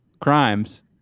crimes